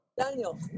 Daniel